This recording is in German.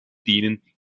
denen